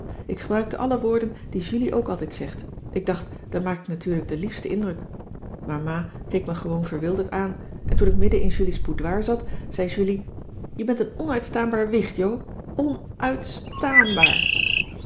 ik gebruikte alle woorden die julie ook altijd zegt ik dacht dan maak ik natuurlijk den liefsten indruk maar ma keek me gewoon verwilderd aan en toen ik midden in julie's boudoir zat zei julie je bent een onuitstaanbaar wicht jo